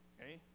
Okay